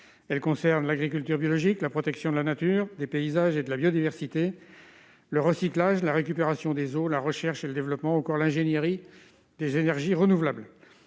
elle concerne l'agriculture biologique, la protection de la nature des paysages et de la biodiversité, le recyclage, la récupération des eaux, la recherche et le développement encore l'ingénierie des énergies renouvelables,